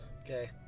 Okay